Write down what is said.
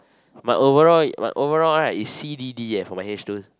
my overall my overall right is C D D eh for my H twos